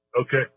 Okay